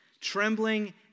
Trembling